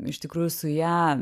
iš tikrųjų su ja